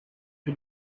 you